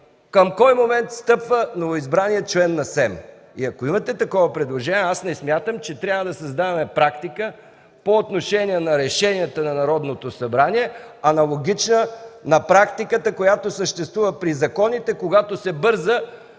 към кой момент встъпва новоизбраният член на СЕМ. Ако имате такова предложение, аз не смятам, че трябва да създаваме практика по отношение на решенията на Народното събрание, аналогична на практиката, която съществува при законите, когато се бърза,